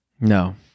No